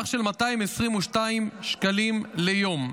על 222 שקלים ליום.